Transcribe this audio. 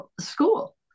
school